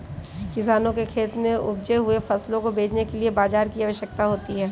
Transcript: किसानों के खेत में उपजे हुए फसलों को बेचने के लिए बाजार की आवश्यकता होती है